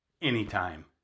Anytime